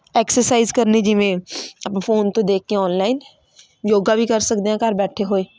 exercise ਕਰਨੀ ਜਿਵੇਂ ਆਪਾਂ ਫੋਨ ਤੋਂ ਦੇਖ ਕੇ ਔਨਲਾਈਨ ਯੋਗਾ ਵੀ ਕਰ ਸਕਦੇ ਹਾਂ ਘਰ ਬੈਠੇ ਹੋਏ